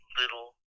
little